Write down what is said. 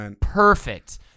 perfect